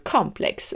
Complex